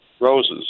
Roses